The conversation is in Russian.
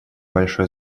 большое